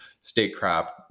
statecraft